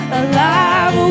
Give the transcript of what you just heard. alive